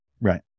Right